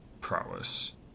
prowess